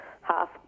half